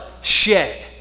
shed